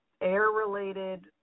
air-related